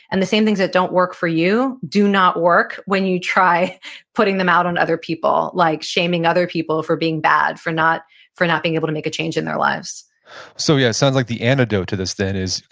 and the same things that don't work for you do not work when you try putting them out on other people like shaming other people for being bad. for not for not being able to make a change in their lives so yeah. it sounds like the antidote to this then is